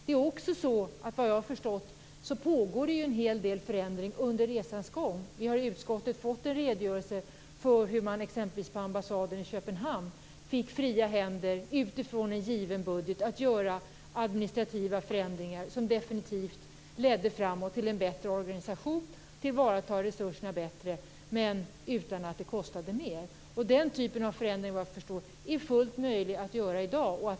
Det är också så, vad jag har förstått, att det sker en hel del förändringar under resans gång. Vi har i utskottet fått en redogörelse för hur man exempelvis på ambassaden i Köpenhamn fick fria händer att utifrån en given budget göra administrativa förändringar som definitivt ledde fram till en bättre organisation och ett bättre tillvaratagande av resurserna utan att det kostade mer. Den typen av förändringar är vad jag förstår fullt möjliga att genomföra i dag.